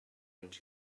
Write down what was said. and